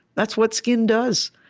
that's what skin does.